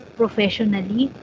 professionally